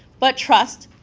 but trust,